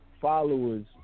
followers